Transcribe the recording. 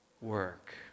Work